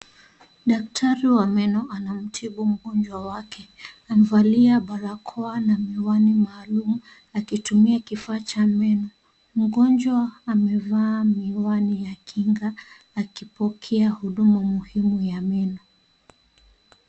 Daktari wa meno anamtibu mgonjwa wake amevalia barakoa na miwani maalum akitumia kifaa cha meno mgonjwa amevaa miwani ya kinga akipokea huduma muhimu ya meno.